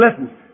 Listen